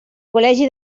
col·legi